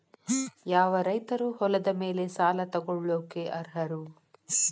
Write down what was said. ಯಾವ ರೈತರು ಹೊಲದ ಮೇಲೆ ಸಾಲ ತಗೊಳ್ಳೋಕೆ ಅರ್ಹರು?